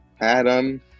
Adam